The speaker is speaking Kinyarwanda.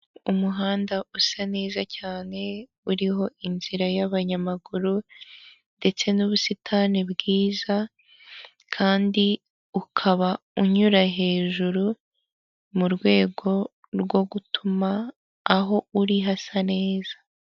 Umuhanda usa neza cyane, uriho inzira y'abanyamaguru ndetse n'ubusitani bwiza kandi ukaba unyura hejuru mu rwego rwo gutuma aho uri hasa neza.